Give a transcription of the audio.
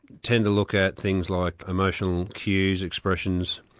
tend to look at things like emotional cues, expressions,